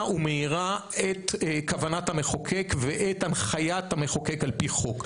ומהירה את כוונת המחוקק ואת הנחיית המחוקק על פי חוק.